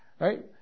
right